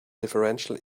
differential